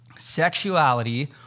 Sexuality